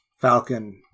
Falcon